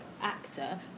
actor